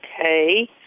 Okay